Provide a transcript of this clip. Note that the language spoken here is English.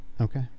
Okay